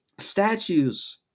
Statues